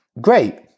Great